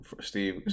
Steve